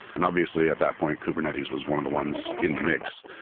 and obviously, at that point, kubernetes was one of the ones in the mix.